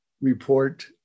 report